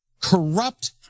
corrupt